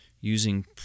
using